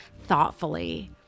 thoughtfully